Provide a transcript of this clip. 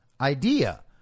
idea